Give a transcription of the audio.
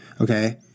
okay